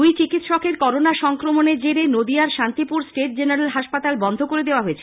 দুই চিকিৎসকের করোনা সংক্রমনের জেরে নদীয়ার শান্তিপুর স্টেট জেনারেল হাসপাতাল বন্ধ করে দেওয়া হয়েছে